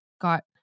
got